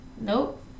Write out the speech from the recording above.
Nope